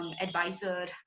advisor